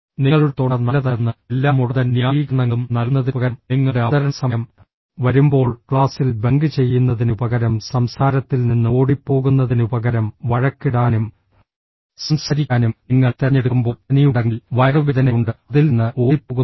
നിങ്ങളുടെ തൊണ്ട നല്ലതല്ലെന്ന് എല്ലാ മുടന്തൻ ന്യായീകരണങ്ങളും നൽകുന്നതിനുപകരം നിങ്ങളുടെ അവതരണ സമയം വരുമ്പോൾ ക്ലാസ്സിൽ ബങ്ക് ചെയ്യുന്നതിനുപകരം സംസാരത്തിൽ നിന്ന് ഓടിപ്പോകുന്നതിനുപകരം വഴക്കിടാനും സംസാരിക്കാനും നിങ്ങൾ തിരഞ്ഞെടുക്കുമ്പോൾ പനി ഉണ്ടെങ്കിൽ വയറുവേദനയുണ്ട് അതിൽ നിന്ന് ഓടിപ്പോകുന്നു